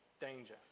danger